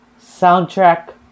soundtrack